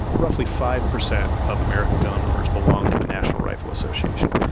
roughly five percent of american gun owners belong to the national rifle association.